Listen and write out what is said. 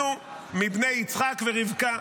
אנחנו מבני יצחק ורבקה,